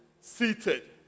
seated